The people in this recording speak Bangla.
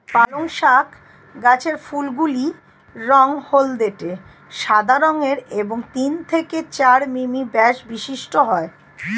পালং শাক গাছের ফুলগুলি রঙ হলদেটে সাদা রঙের এবং তিন থেকে চার মিমি ব্যাস বিশিষ্ট হয়